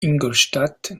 ingolstadt